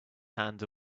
hand